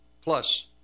plus